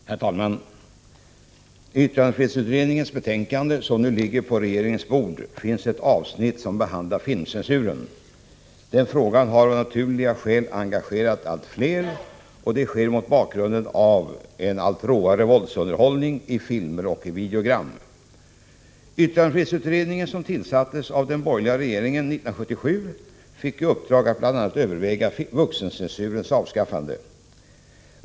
Herr talman! I yttrandefrihetsutredningens betänkande som nu ligger på regeringens bord finns ett avsnitt som behandlar filmcensuren. Den frågan har av naturliga skäl engagerat allt fler. Det sker mot bakgrunden av en allt råare våldsunderhållning i filmer och videogram. Yttrandefrihetsutredningen, som tillsattes av den borgerliga regeringen 1977, fick i uppdrag att bl.a. överväga vuxencensurens avskaffande.